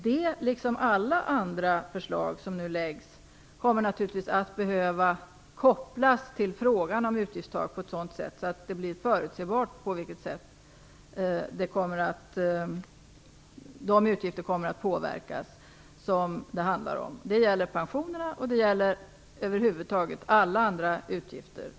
Det, liksom alla andra förslag som nu läggs fram, kommer naturligtvis att behöva kopplas till frågan om ett utgiftstak så, att det blir förutsägbart på vilket sätt dessa utgifter kommer att påverkas. Det gäller pensionerna och över huvud taget alla andra utgifter.